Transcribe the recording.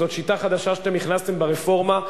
זו שיטה חדשה שהכנסתם ברפורמה.